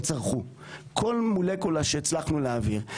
הם צרכו כל מולקולה שהצלחנו להעביר.